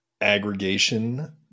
aggregation